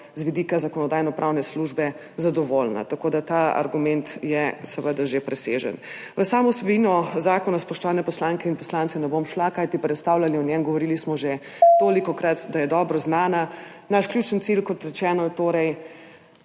z vidika Zakonodajno-pravne službe zadovoljna. Tako da ta argument je seveda že presežen. V samo vsebino zakona, spoštovane poslanke in poslanci, ne bom šla, kajti predstavljali o njem, govorili smo že tolikokrat, da je dobro znana. Naš ključni cilj, kot rečeno, je torej